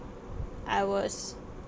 I was